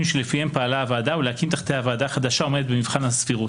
שלפיהם פעלה הוועדה ולהקים תחתיה ועדה חדשה עומדת במבחן הסבירות".